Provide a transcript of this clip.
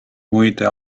muide